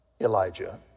Elijah